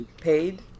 paid